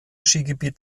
skigebiet